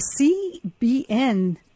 CBN